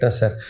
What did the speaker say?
sir